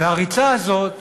והריצה הזאת